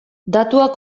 datuak